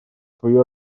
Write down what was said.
свою